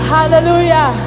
Hallelujah